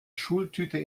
schultüte